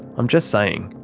i'm just saying.